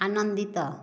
ଆନନ୍ଦିତ